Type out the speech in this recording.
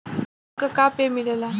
Loan का का पे मिलेला?